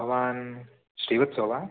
भवान् श्रीवत्सो वा